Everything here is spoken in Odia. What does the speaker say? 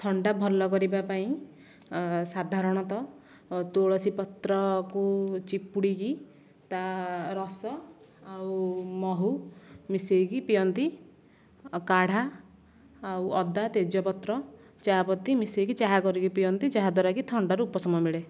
ଥଣ୍ଡା ଭଲ କରିବା ପାଇଁ ସାଧାରଣତଃ ତୁଳସୀ ପତ୍ରକୁ ଚିପୁଡ଼ିକି ତା ରସ ଆଉ ମହୁ ମିଶେଇକି ପିଅନ୍ତି ଆଉ କାଢ଼ା ଆଉ ଅଦା ତେଜପତ୍ର ଚାହାପତି ମିଶେଇକି ଚାହା କରିକି ପିଅନ୍ତି ଯାହାଦ୍ୱାରା କି ଥଣ୍ଡାରୁ ଉପଶମ ମିଳେ